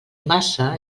massa